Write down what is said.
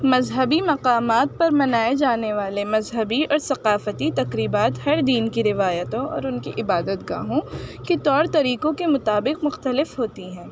مذہبی مقامات پر منائے جانے والے مذہبی اور ثقافتی تقریبات ہر دین کی روایتوں اور ان کی عبادت گاہوں کے طور طریقوں کے مطابق مختلف ہوتی ہیں